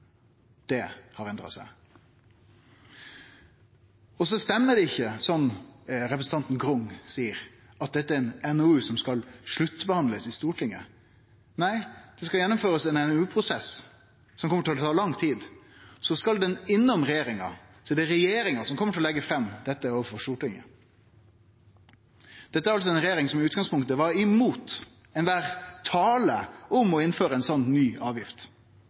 Det har endra seg. Det stemmer ikkje, som representanten Grung seier, at dette er ein NOU som skal bli sluttbehandla i Stortinget. Det skal gjennomførast ein NOU-prosess, som kjem til å ta lang tid. Så skal han innom regjeringa, og det er regjeringa som kjem til å leggje dette fram for Stortinget. Det er altså ei regjering som i utgangspunktet var imot kvar ein tale om å innføre ei sånn ny avgift,